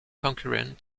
concurrent